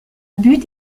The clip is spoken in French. but